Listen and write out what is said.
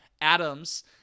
Adams –